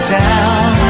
down